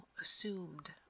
assumed